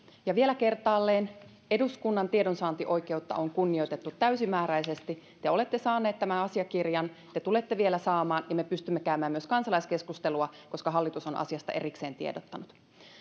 ja vielä kertaalleen eduskunnan tiedonsaantioikeutta on kunnioitettu täysimääräisesti te te olette saaneet tämän asiakirjan te tulette vielä saamaan ja me pystymme käymään myös kansalaiskeskustelua koska hallitus on asiasta erikseen tiedottanut